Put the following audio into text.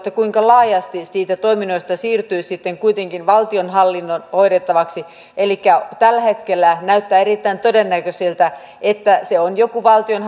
kuinka laajasti niistä toiminnoista siirtyy sitten kuitenkin valtionhallinnon hoidettavaksi tällä hetkellä näyttää erittäin todennäköiseltä että se on joku valtion